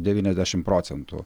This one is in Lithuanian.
devyniasdešim procentų